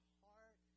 heart